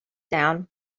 down